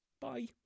Bye